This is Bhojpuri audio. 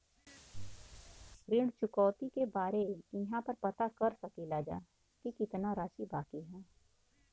ऋण चुकौती के बारे इहाँ पर पता कर सकीला जा कि कितना राशि बाकी हैं?